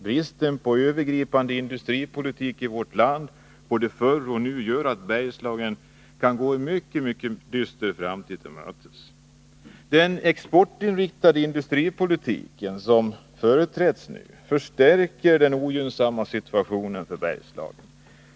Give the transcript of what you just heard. Bristen på övergripande industripolitik i vårt land både förr och nu gör att Bergslagen kan gå en mycket dyster framtid till mötes. Den nuvarande exportinriktade industripolitiken förvärrar Bergslagens ogynnsamma situation.